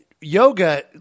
yoga